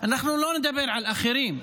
אנחנו לא נדבר על אחרים.